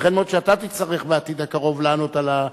ייתכן מאוד שאתה תצטרך בעתיד הקרוב לענות על כך,